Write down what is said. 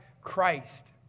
Christ